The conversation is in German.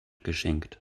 geschenkt